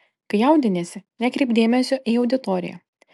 kai jaudiniesi nekreipk dėmesio į auditoriją